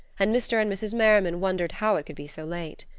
and mr. and mrs. merriman wondered how it could be so late.